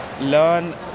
learn